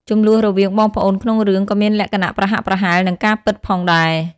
ជម្លោះរវាងបងប្អូនក្នុងរឿងក៏មានលក្ខណៈប្រហាក់ប្រហែលនឹងការពិតផងដែរ។